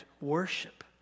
worship